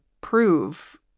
prove